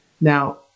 Now